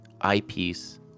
eyepiece